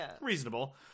reasonable